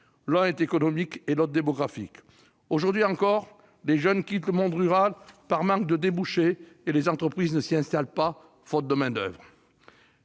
l'un est économique, l'autre démographique. Aujourd'hui encore, les jeunes quittent le monde rural par manque de débouchés, et les entreprises ne s'y installent pas, faute de main-d'oeuvre.